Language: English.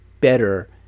better